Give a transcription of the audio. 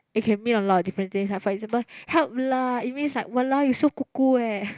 it can mean a lot of different things ah for example help lah it means like !walao! you so kuku eh